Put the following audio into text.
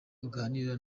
uganira